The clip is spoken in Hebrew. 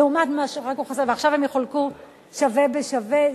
ועכשיו הן יחולקו שווה בשווה.